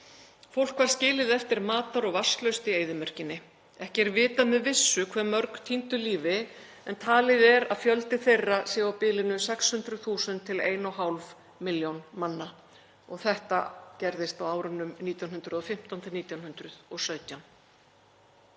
Fólk var skilið eftir matar- og vatnslaust í eyðimörkinni. Ekki er vitað með vissu hve mörg týndu lífi en talið er að fjöldi þeirra sé á bilinu 600.000–1.500.000 manna. Þetta gerðist á árunum 1915–1917.